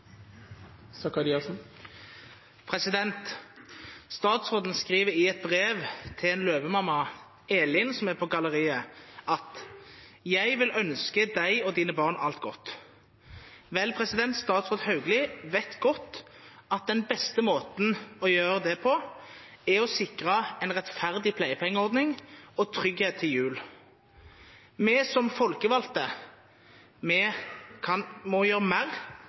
på galleriet – at hun vil ønske henne og hennes barn alt godt. Statsråd Hauglie vet godt at den beste måten å gjøre det på er å sikre en rettferdig pleiepengeordning og trygghet til jul. Vi som folkevalgte må gjøre mer